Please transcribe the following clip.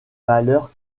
valeurs